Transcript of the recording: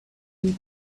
you